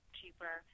cheaper